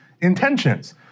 intentions